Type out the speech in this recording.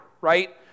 right